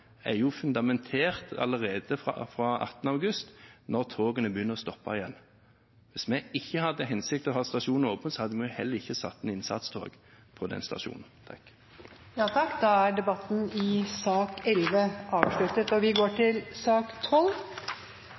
er jo fundamentert allerede fra 18. august, når togene begynner å stoppe igjen. Hvis vi ikke hadde til hensikt å ha stasjonen åpen, hadde vi heller ikke satt inn innsatstog på den stasjonen. Flere har ikke bedt om ordet til sak